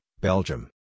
Belgium